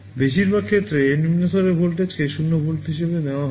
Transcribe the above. বেশিরভাগ ক্ষেত্রে নিম্ন স্তরের ভোল্টেজকে 0 ভোল্ট হিসাবে নেওয়া হয়